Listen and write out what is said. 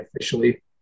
officially